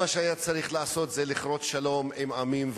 מה שהיה צריך לעשות זה לכרות שלום עם עמים,